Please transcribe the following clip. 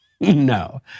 No